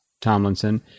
Tomlinson